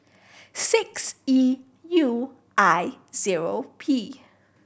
six E U I zero P